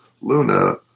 luna